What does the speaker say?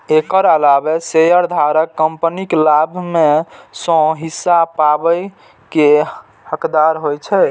एकर अलावे शेयरधारक कंपनीक लाभ मे सं हिस्सा पाबै के हकदार होइ छै